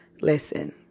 listen